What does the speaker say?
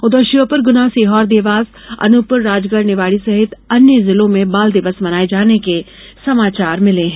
उधर श्योपुर गुना सीहोरदेवास अनूपपुर राजगढ़ निवाड़ी सहित अन्य जिलों में बालदिवस मनाये जाने के समाचार मिलें हैं